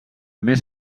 més